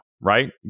right